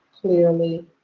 clearly